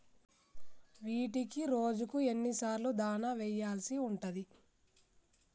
వీటికి రోజుకు ఎన్ని సార్లు దాణా వెయ్యాల్సి ఉంటది?